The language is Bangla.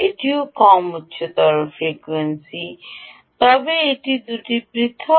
এটিও কম উচ্চতর ফ্রিকোয়েন্সি তবে এই দুটি ছবি পৃথক